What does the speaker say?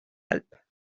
alpes